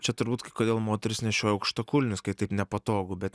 čia turbūt kai kodėl moterys nešioja aukštakulnius kai taip nepatogu bet